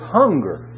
hunger